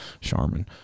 Charmin